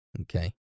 okay